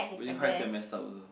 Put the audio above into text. Wuthering Heights damn messed up also